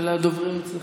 הדוברים אצלך.